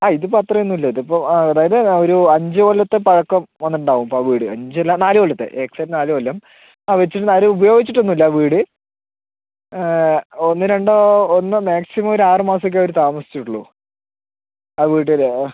ആ ഇത് ഇപ്പം അത്രയൊന്നും ഇല്ല ഇത് ഇപ്പം ആ അതായത് ആ ഒരു അഞ്ച് കൊല്ലത്തെ പഴക്കം വന്നിട്ട് ഉണ്ടാവും ഇപ്പം ആ വീട് അഞ്ച് അല്ല നാല് കൊല്ലത്തെ എക്സാക്ട് നാല് കൊല്ലം ആ വച്ചിട്ടുണ്ട് ആരും ഉപയോഗിച്ചിട്ട് ഒന്നും ഇല്ല വീട് ഒന്ന് രണ്ടോ ഒന്ന് മാക്സിമം ഒര് ആറ് മാസം ഒക്കെ അവര് താമസിച്ചിട്ടുളൂ ആ വീട്ടിൽ